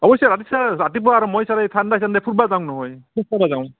অৱশ্যে তাতে ছাৰ ৰাতিপুৱা মই এই ঠাণ্ডাই ঠাণ্ডাই ফুৰিব যাওঁ নহয় খোজকাঢ়িব যাওঁ